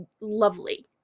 lovely